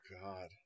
God